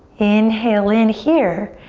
inhale in here.